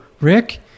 Rick